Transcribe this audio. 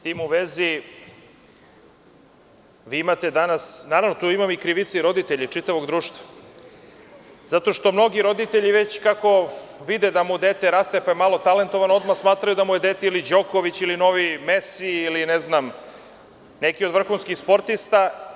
Naravno tu ima i krivice roditelja i čitavog društva, zato što mnogi roditelji već kako vide da mu dete raste, pa je malo talentovano odmah smatraju da mu je dete ili Đoković ili novi Mesi, ili ne znam neki od vrhunskih sportista.